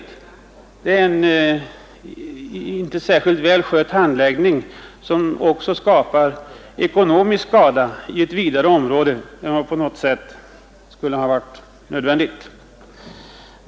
Det är här fråga om en inte särskilt väl skött handläggning, som skapar ekonomisk skada inom ett större område än vad som skulle ha varit nödvändigt.